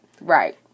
Right